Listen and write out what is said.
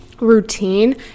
routine